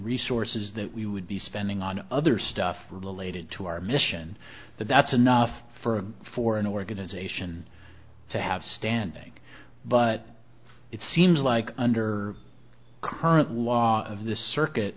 resources that we would be spending on other stuff related to our mission that that's enough for for an organization to have standing but it seems like under current law of this circuit